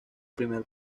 primer